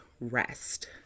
rest